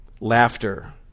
Laughter